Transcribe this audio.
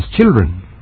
children